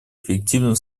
эффективным